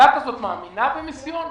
הדת הזאת מאמינה במיסיון,